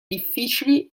difficili